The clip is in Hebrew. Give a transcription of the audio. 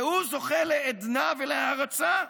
והוא זוכה לעדנה ולהערצה.